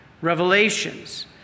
revelations